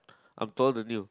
I'm taller than you